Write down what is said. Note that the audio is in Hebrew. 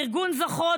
ארגון זוכרות,